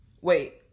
Wait